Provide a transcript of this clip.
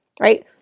Right